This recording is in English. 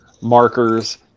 markers